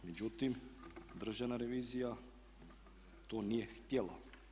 Međutim državna revizija to nije htjela.